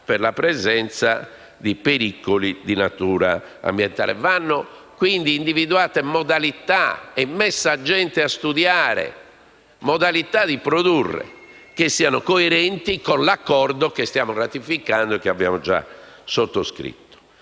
per la presenza di pericoli di natura ambientale. Vanno quindi individuate - attraverso studi in tal senso - modalità di produzione coerenti con l'Accordo che stiamo ratificando e che abbiamo già sottoscritto.